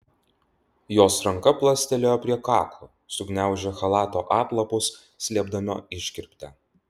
jos ranka plastelėjo prie kaklo sugniaužė chalato atlapus slėpdama iškirptę